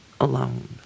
alone